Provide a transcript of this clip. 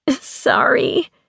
Sorry